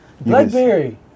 Blackberry